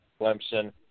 Clemson